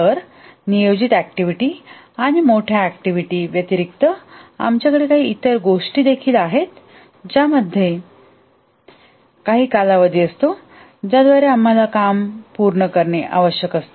तर नियोजित ऍक्टिव्हिटी आणि मोठ्या ऍक्टिव्हिटी व्यतिरिक्त आमच्याकडे काही इतर गोष्टी देखील आहेत ज्यामध्ये काही कालावधी असतो ज्याद्वारे आम्हाला काम पूर्ण करणे आवश्यक असते